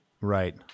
Right